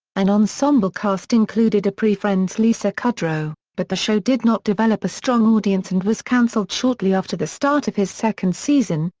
an ensemble cast included a pre-friends lisa kudrow, but the show did not develop a strong audience and was canceled shortly after the start of its second season,